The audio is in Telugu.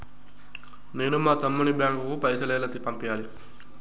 నేను మా తమ్ముని బ్యాంకుకు పైసలు ఎలా పంపియ్యాలి?